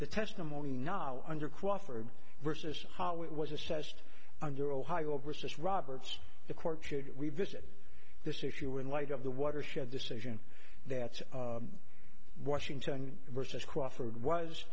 the testimony not under quote for versus how it was assessed under ohio versus roberts the court should revisit this issue in light of the watershed decision that's washington versus crawford was